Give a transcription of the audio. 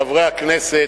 חברי הכנסת,